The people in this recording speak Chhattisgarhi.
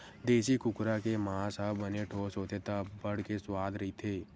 देसी कुकरा के मांस ह बने ठोस होथे त अब्बड़ के सुवाद रहिथे